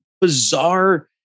bizarre